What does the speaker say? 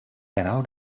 canal